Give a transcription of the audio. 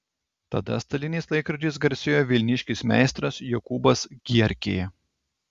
tada staliniais laikrodžiais garsėjo vilniškis meistras jokūbas gierkė